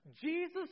Jesus